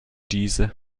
diese